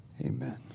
amen